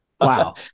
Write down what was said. wow